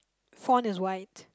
font is white